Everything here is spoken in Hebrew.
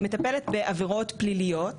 מטפלת בעבירות פליליות,